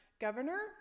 governor